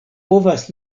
povas